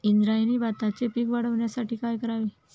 इंद्रायणी भाताचे पीक वाढण्यासाठी काय करावे?